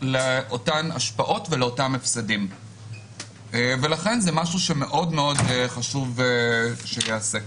על אותן השפעות ועל אותם הפסדים וזה משהו שמאוד מאוד חשוב שייעשה.